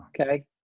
Okay